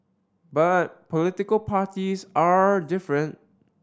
but political parties are different